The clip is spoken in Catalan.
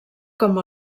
com